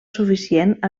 suficient